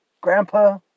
grandpa